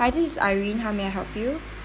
hi this is irene how may I help you